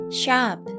sharp